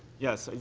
yes.